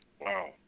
Wow